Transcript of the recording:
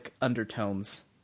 undertones